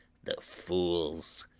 the fools!